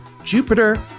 Jupiter